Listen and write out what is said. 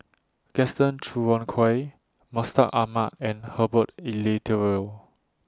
Gaston Dutronquoy Mustaq Ahmad and Herbert Eleuterio